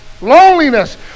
Loneliness